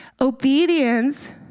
Obedience